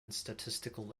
statistical